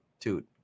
dude